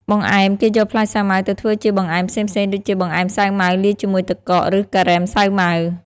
បង្អែម គេយកផ្លែសាវម៉ាវទៅធ្វើជាបង្អែមផ្សេងៗដូចជា បង្អែមសាវម៉ាវលាយជាមួយទឹកកក ឬ ការ៉េមសាវម៉ាវ។